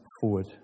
forward